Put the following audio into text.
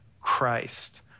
Christ